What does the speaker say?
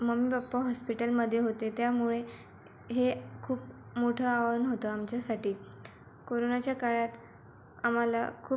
mummy papa हॉस्पिटलमध्ये होते त्यामुळे हे खूप मोठं आव्हान होतं आमच्यासाठी कोरोनाच्या काळात आम्हाला खूप